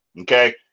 okay